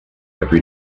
every